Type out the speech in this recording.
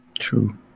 true